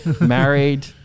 married